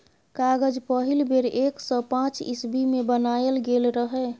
कागज पहिल बेर एक सय पांच इस्बी मे बनाएल गेल रहय